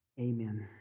amen